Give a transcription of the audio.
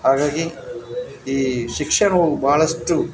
ಹಾಗಾಗಿ ಈ ಶಿಕ್ಷಣವು ಬಹಳಷ್ಟು